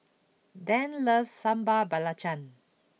Dan loves Sambal Belacan